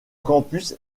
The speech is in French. campus